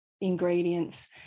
ingredients